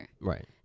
Right